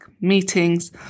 meetings